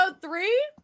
three